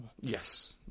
Yes